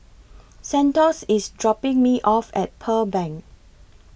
Santos IS dropping Me off At Pearl Bank